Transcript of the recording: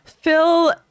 phil